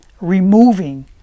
removing